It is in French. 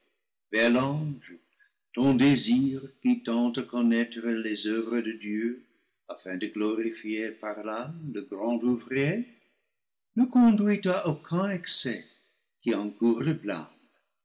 ton désir qui tend à connaître les oeuvres de dieu afin de glorifier par là le grand ouvrier ne conduit à aucun excès qui encoure le